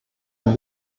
ein